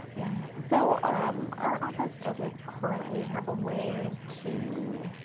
so ah um our office doesn't currently have a way to